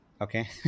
okay